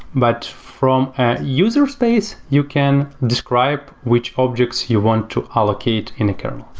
but from a user space, you can describe which objects you want to allocate in a kernel.